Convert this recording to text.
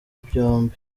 byombi